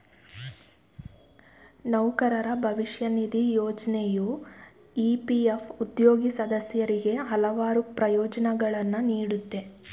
ನೌಕರರ ಭವಿಷ್ಯ ನಿಧಿ ಯೋಜ್ನೆಯು ಇ.ಪಿ.ಎಫ್ ಉದ್ಯೋಗಿ ಸದಸ್ಯರಿಗೆ ಹಲವಾರು ಪ್ರಯೋಜ್ನಗಳನ್ನ ನೀಡುತ್ತೆ